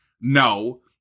no